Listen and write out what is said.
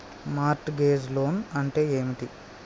Mart gauge loan అంటే ఏమిటి?